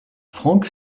frank